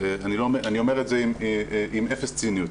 ואני אומר את זה עם אפס ציניות.